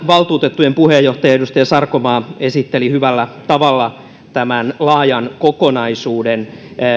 valtuutettujen puheenjohtaja edustaja sarkomaa esitteli hyvällä tavalla tämän laajan kokonaisuuden